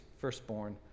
firstborn